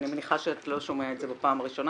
אני מניחה שאתה לא שומע את זה בפעם הראשונה.